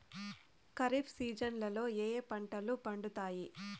ఖరీఫ్ సీజన్లలో ఏ ఏ పంటలు పండుతాయి